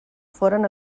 foren